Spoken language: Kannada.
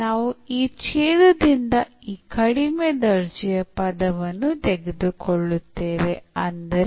ನಾವು ಈ ಛೇದದಿಂದ ಈ ಕಡಿಮೆ ದರ್ಜೆಯ ಪದವನ್ನು ತೆಗೆದುಕೊಳ್ಳುತ್ತೇವೆ ಅಂದರೆ